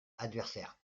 adversaire